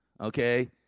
okay